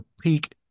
peak